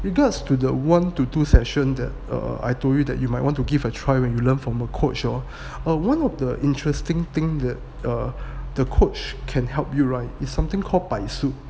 regards to the one to two session that err I told you that you might want to give a try when you learn from a coach hor uh one of the interesting thing that err the coach can help you right is something called by 百数